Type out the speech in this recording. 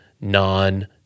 non